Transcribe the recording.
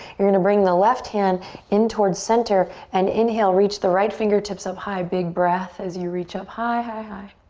you're gonna bring the left hand in towards center and inhale, reach the right fingertips up high. big breath as you reach up high, high, high.